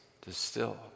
distill